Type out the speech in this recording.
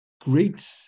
great